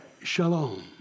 shalom